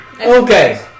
Okay